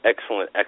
Excellent